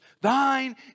Thine